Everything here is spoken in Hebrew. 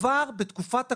עבר בתקופת הקורונה.